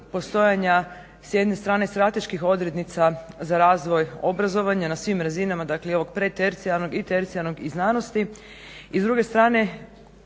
postojanja s jedne strane strateških odrednica za razvoj obrazovanja na svim razinama. Dakle, i ovog pred tercijarnog i tercijarnog i znanosti i s druge strane